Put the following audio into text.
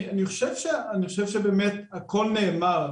אני חושב שבאמת הכל נאמר.